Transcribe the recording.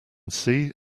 see